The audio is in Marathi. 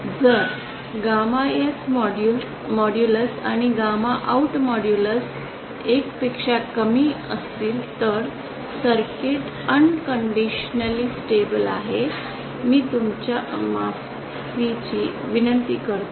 जर गॅमा एन मोड्युलस आणि गॅमा आउट मोड्युलस १ पेक्षा कमी असतील तर सर्किट बिनशर्त स्थिर आहे मी तुमच्या माफीची विनंती करतो